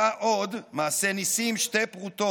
// בדקה ומצאה עוד, מעשה נסים, שתי פרוטות,